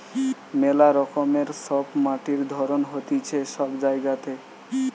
মেলা রকমের সব মাটির ধরণ হতিছে সব জায়গাতে